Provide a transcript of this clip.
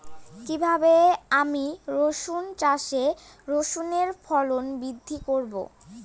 কীভাবে আমি রসুন চাষে রসুনের ফলন বৃদ্ধি করব?